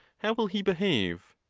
how will he behave?